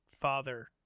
father